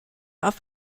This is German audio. auf